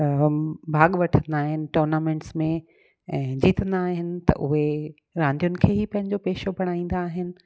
भाग वठंदा आहिनि टूर्नामेंट्स में ऐं जितंदा आहिनि त उहे रांदियुनि खे ई पंहिंजो पेशो बढ़ाईंदा आहिनि